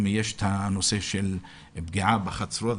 יש גם הנושא של פגיעה בחצרות,